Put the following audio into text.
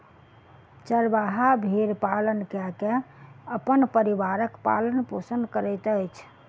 चरवाहा भेड़ पालन कय के अपन परिवारक पालन पोषण करैत अछि